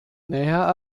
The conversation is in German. näher